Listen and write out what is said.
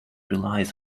relies